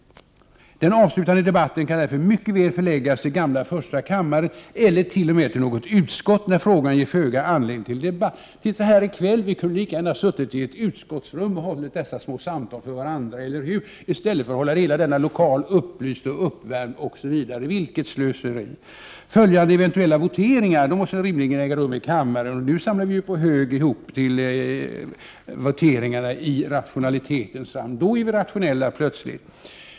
Den avslutande debatten kan därför mycket väl förläggas till gamla första kammaren eller, t.o.m. till något utskott när frågan ger föga anledning till debatt. Titta här i kväll! Vi kunde lika gärna suttit i ett utskottsrum och fört dessa små samtal med varandra, eller hur, i stället för att hålla hela denna lokal upplyst och uppvärmd osv. Vilket slöseri! Följande eventuella voteringar måste rimligen äga rum i kammaren, och numera samlar vi ju ihop till en mängd voteringar i rationalitetens namn. Då är vi plötsligt rationella.